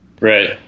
Right